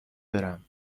برم